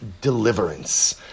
deliverance